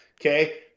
okay